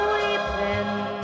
Weeping